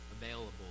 available